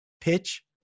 pitch